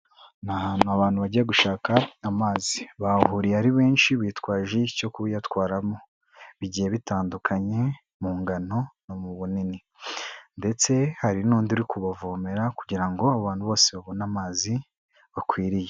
Ni ahantu abantu bajya gushaka amazi bahahuriye ari benshi bitwaje icyo kuyatwaramo, bigiye bitandukanye mu ngano no mu bunini ndetse hari n'undi uri kubavomera kugira ngo abantu bose babone amazi bakwiriye.